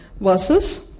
versus